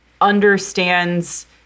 understands